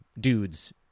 dudes